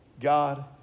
God